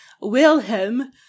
Wilhelm